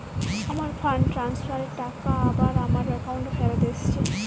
আমার fund transfer এর টাকা আবার আমার একাউন্টে ফেরত এসেছে